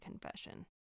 confession